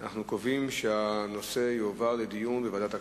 אנחנו קובעים שהנושא יועבר לדיון בוועדת הכלכלה.